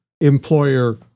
employer